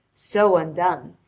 so undone,